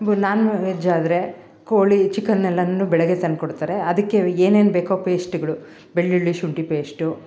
ಬು non veg ಆದರೆದ್ರೆ ಕೋಳಿ ಚಿಕನ್ ಎಲ್ಲನ್ನೂ ಬೆಳಗ್ಗೆ ತಂದುಕೊಡ್ತಾರೆ ಅದಕ್ಕೆ ಏನೇನು ಬೇಕೋ ಪೇಸ್ಟ್ಗಳು ಬೆಳ್ಳುಳ್ಳಿ ಶುಂಠಿ ಪೇಸ್ಟು